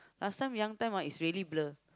last time young time ah is really blur